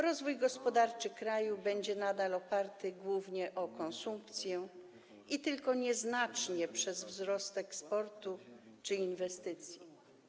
Rozwój gospodarczy kraju będzie nadal oparty głównie na konsumpcji i tylko nieznacznie na wzroście eksportu czy inwestycji.